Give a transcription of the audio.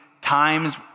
times